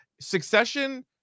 Succession